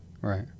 Right